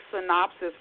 synopsis